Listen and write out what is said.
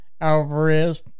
Alvarez